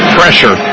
pressure